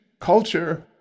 culture